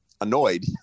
annoyed